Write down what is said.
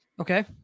Okay